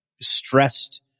stressed